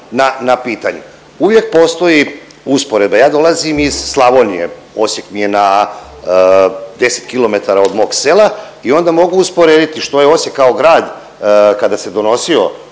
na pitanju. Uvijek postoji usporedba, ja dolazim iz Slavonije, Osijek mi je na 10km od mog sela i onda mogu usporediti što je Osijek kao grad kada se donosio